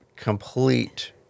complete